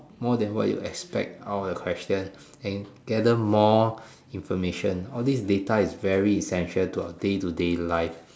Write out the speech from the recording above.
more than what you expect out of the question and gather more information all these data is very essential to our day to day life